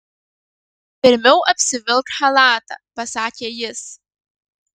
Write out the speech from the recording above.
pirmiau apsivilk chalatą pasakė jis